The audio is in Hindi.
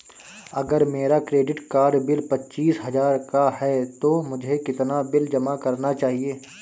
अगर मेरा क्रेडिट कार्ड बिल पच्चीस हजार का है तो मुझे कितना बिल जमा करना चाहिए?